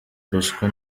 ruswa